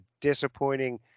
disappointing